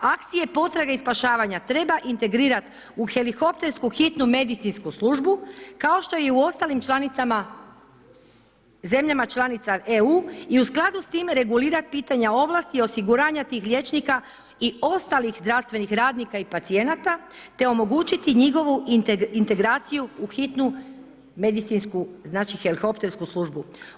Akcije potrage i spašavanja, treba integrirati u helikoptersku hitnu medicinsku službu kao što je u ostalim zemljama članicama EU i u skladu s time regulirati pitanja ovlasti osiguranja tih liječnika i ostalih zdravstvenih radnika i pacijenata te omogućiti njihovu integraciju u hitnu medicinsku helikoptersku službu.